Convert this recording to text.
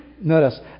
Notice